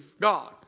God